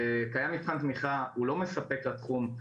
קיים מבחן תמיכה, הוא לא מספק לתחום.